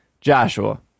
Joshua